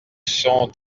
sont